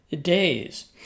days